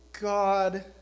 God